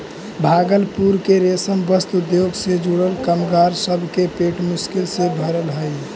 भागलपुर के रेशम वस्त्र उद्योग से जुड़ल कामगार सब के पेट मुश्किल से पलऽ हई